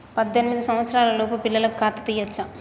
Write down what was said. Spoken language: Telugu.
పద్దెనిమిది సంవత్సరాలలోపు పిల్లలకు ఖాతా తీయచ్చా?